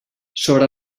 sobre